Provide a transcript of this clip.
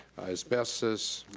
asbestos,